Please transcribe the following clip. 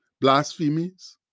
blasphemies